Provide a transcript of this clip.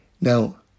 now